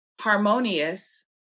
harmonious